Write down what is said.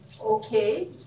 okay